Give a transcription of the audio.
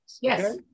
yes